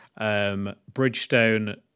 Bridgestone